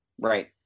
Right